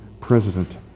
president